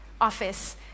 office